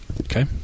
Okay